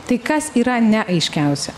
tai kas yra neaiškiausia